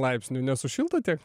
laipsnių nesušiltų tiek